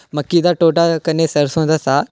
मक्की दी ढोड कन्नै सरसों दा साग